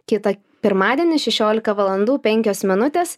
kitą pirmadienį šešiolika valandų penkios minutės